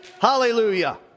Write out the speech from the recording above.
Hallelujah